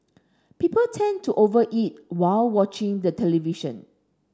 people tend to over eat while watching the television